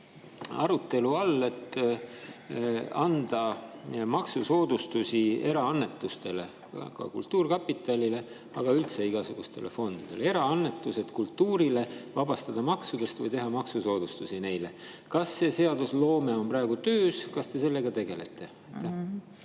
arutelu all, kas anda maksusoodustusi eraannetustele, ka kultuurkapitalile, aga üldse igasugustele fondidele, kas eraannetused kultuurile vabastada maksudest või teha neile maksusoodustusi. Kas see seadusloome on praegu töös, kas te sellega tegelete?